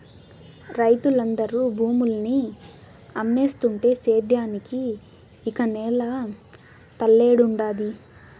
రైతులందరూ భూముల్ని అమ్మేస్తుంటే సేద్యానికి ఇక నేల తల్లేడుండాది